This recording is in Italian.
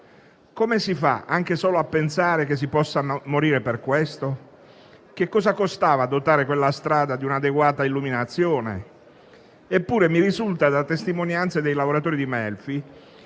Come si fa anche solo a pensare che si possa morire per questo? Che cosa costava dotare quella strada di un'adeguata illuminazione? Eppure mi risulta da testimonianze dei lavoratori di Melfi